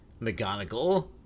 mcgonagall